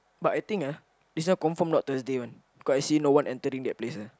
but I think ah this one confirm not Thursday [one] cause I see no one entering that place ah